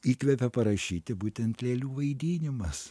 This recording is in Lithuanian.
įkvėpė parašyti būtent lėlių vaidinimas